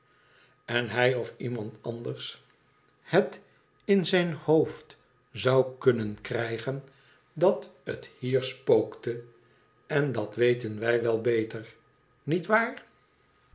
en hij of iemand anders het in zijn hoofd zou kunnen krijgen dat bet hier spookte en dat weten wij wel beter niet waar